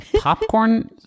Popcorn